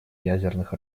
ядерных